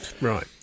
Right